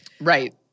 right